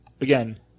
again